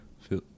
Feel